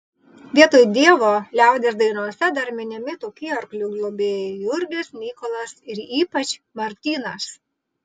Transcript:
vietoj dievo liaudies dainose dar minimi tokie arklių globėjai jurgis mykolas ir ypač martynas